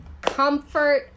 Comfort